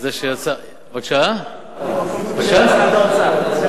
על זה, בשם משרד האוצר.